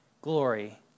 glory